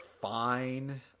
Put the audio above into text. fine